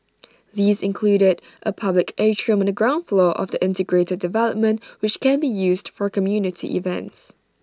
these included A public atrium on the ground floor of the integrated development which can be used for community events